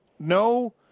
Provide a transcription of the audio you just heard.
No